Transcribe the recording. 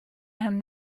him